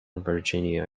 virginia